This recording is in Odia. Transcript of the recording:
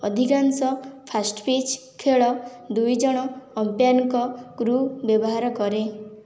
ଅଧିକାଂଶ ଫାଷ୍ଟ ପିଚ୍ ଖେଳ ଦୁଇ ଜଣ ଅମ୍ପାୟାରଙ୍କ କୃ ବ୍ୟବହାର କରେ